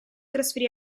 trasferì